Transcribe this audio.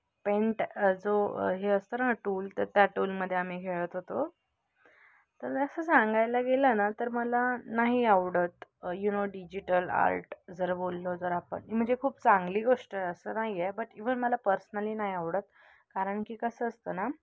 paint जो हे असतं ना टूल तर त्या टूलमध्ये आम्ही खेळत होतो तर असं सांगायला गेलं ना तर मला नाही आवडत यु नो डिजिटल आर्ट जर बोललो जर आपण म्हणजे खूप चांगली गोष्ट आहे असं नाही आहे बट इव्हन मला पर्सनली नाही आवडत कारण की कसं असतं ना